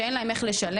שאין להם איך לשלם,